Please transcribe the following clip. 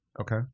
Okay